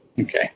Okay